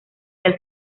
del